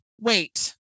wait